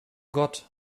gott